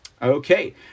Okay